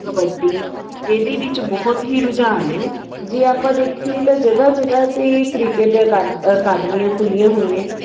ਕੱਬਡੀ ਇਹਦੇ ਵਿੱਚ ਬਹੁਤ ਹੀ ਰੁਝਾਨ ਹੈ ਜੇ ਆਪਾਂ ਦੇਖੀਏ ਤਾਂ ਜਗ੍ਹਾ ਜਗ੍ਹਾ 'ਤੇ ਕ੍ਰਿਕਟ ਅਕਾ ਅਕਾਦਮੀਆਂ ਖੁੱਲੀਆਂ ਹੋਈਆਂ